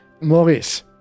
Maurice